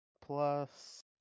Plus